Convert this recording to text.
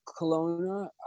Kelowna